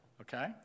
Okay